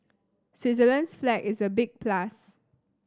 Switzerland's flag is a big plus